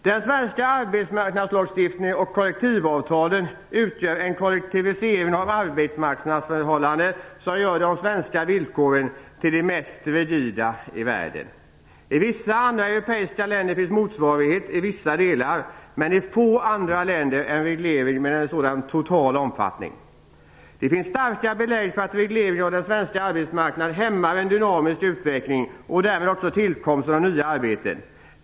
Den svenska arbetsmarknadslagstiftningen och kollektivavtalen utgör en kollektivisering av arbetsmarknadsförhållanden som gör de svenska villkoren till de mest rigida i världen. I vissa andra europeiska länder finns till vissa delar motsvarigheter, men en reglering med en så total omfattning finns i få andra länder. Det finns starka belägg för att regleringen av den svenska arbetsmarknaden hämmar en dynamisk utveckling och därmed också tillkomsten av nya arbeten.